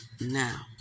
Now